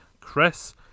Chris